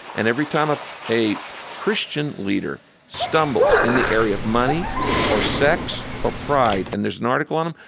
and every time ah a christian leader stumbles in the area of money or sex or pride and there's an article in them,